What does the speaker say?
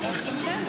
נתקבלה.